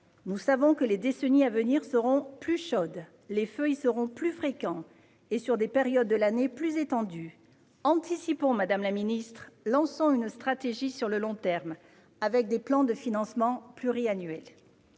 Nous savons que les décennies à venir seront plus chaudes, que les feux seront plus fréquents et sur des périodes de l'année plus étendues. Anticipons, madame la ministre, et lançons une stratégie sur le long terme avec des plans de financement pluriannuels